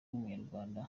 abanyarwanda